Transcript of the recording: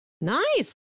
Nice